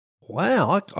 Wow